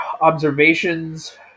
observations